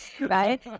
right